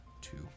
two